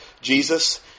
Jesus